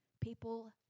people